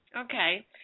Okay